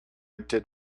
did